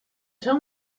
tell